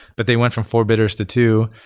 but they went from four bidders to two,